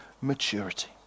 maturity